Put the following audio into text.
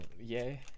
yay